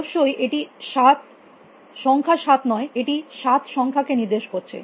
অবশ্যই এটি সংখ্যা 7 নয় এটি 7 সংখ্যা কে নির্দেশ করছে